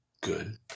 good